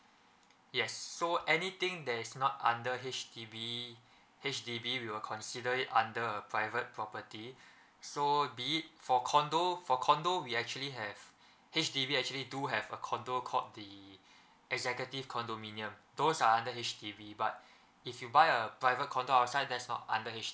yes so anything that is not under H_D_B H_D_B will consider it under a private property so be it for condo for condo we actually have H_D_B actually do have a condo called the executive condominium those are under H_D_B but if you buy a private condo outside that's not under H_D_B